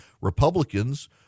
Republicans